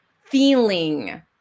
feeling